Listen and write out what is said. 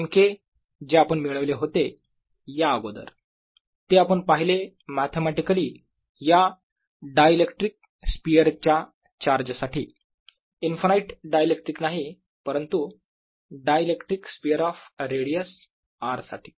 नेमके जे आपण मिळवले होते याअगोदर ते आपण पाहिले मॅथेमॅटिकली या डायइलेक्ट्रिक स्पियरच्या चार्ज साठी इनफनाईट डायइलेक्ट्रिक नाही परंतु dielectric sphere of radius R साठी